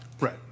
Right